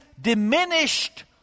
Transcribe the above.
diminished